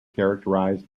characterized